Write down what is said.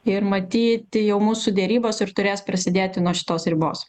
ir matyti jau mūsų derybos ir turės prasidėti nuo šitos ribos